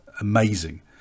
amazing